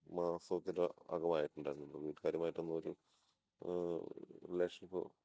വീട്ടുകാരുമായിട്ടൊന്നും ഒരു റിലേഷഷിപ്പ്